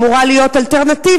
שאמורה להיות אלטרנטיבה,